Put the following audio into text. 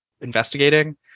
investigating